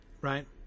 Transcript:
Right